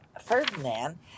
Ferdinand